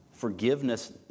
Forgiveness